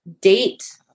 Date